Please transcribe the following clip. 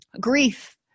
Grief